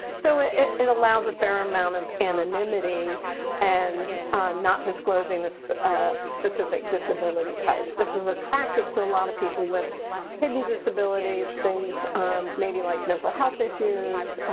so it allows a fair amount of anonymity and not disclosing the ah specific disability type. this is attractive to a lot of people with hidden disabilities, things maybe like mental health issues,